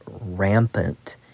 rampant